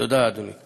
תודה, אדוני.